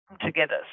together